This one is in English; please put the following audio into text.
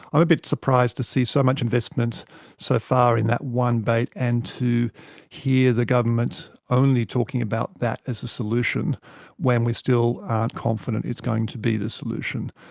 um a bit surprised to see so much investment so far in that one bait, and to hear the government only talking about that as a solution when we still aren't confident it's going to be the solution,